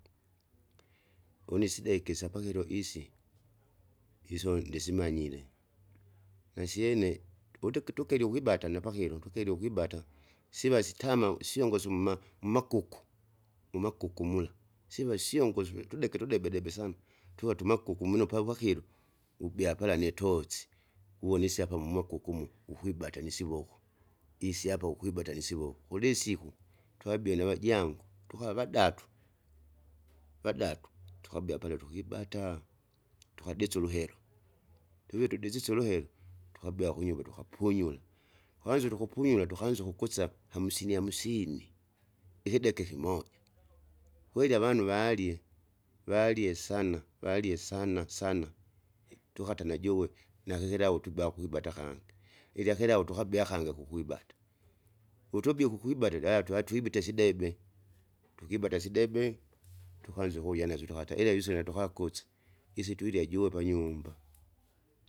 Une isideke isyapakilo isi iso ndisimanyire, nasyene, utiki tikirye ukwibata napakilo tukilie ukwibata siva sitama usyongoso mma- mmakuku, mumaukuku mula, siva syongoso usututeke tudebe debe sana tuwa tumakuku muno papakilo, ubya pala nitochi, uvonisye apa mumwekuku umu ukwibata nisivoko, isyapa ukwibata nisivoko, kulisiku twabie navajangu tukavadatu vadatu, tukabie pala pala tukibata. Tukadise uluhelo, tuwi tudisise uluhelo tukabia kunymba tukapunyura, kwana utukupunyura tukanza ukukusa hamsini hamsini, ikideke ikimoja. Kweli avanu valie, valie sana valie sana sana, tukata najugwe nakikilawu twiba kwibata kangi, ilyakilawu tukabea kangi kukwibata, wutubie kukwibata ila twatwibite sidebe tukibata sedebe tukanza ukurya nasyo tukate ile liso natukakuse, isi tuirya juwe panyumba.